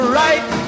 right